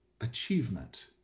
achievement